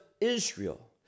israel